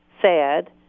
Sad